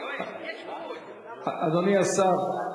אדוני השר,